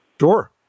Sure